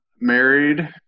married